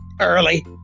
Early